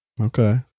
Okay